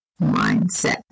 mindset